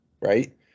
right